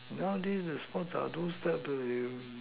nowadays the sports are those type